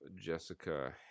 Jessica